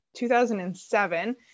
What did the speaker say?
2007